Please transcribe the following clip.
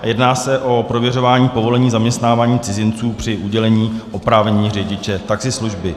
Jedná se o prověřování povolení zaměstnávání cizinců při udělení oprávnění řidiče taxislužby.